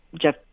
Jeff